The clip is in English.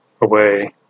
Away